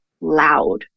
loud